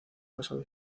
pasado